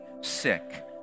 sick